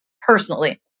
personally